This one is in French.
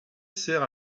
sert